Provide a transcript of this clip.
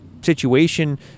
situation